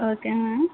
okay ma'am